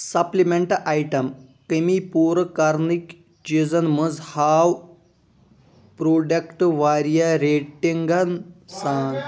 supplement item کٔمی پوٗرٕ کرنٕکۍ چیٖزن منٛز ہاو پروڈکٹ واریاہ ریٹنگن سان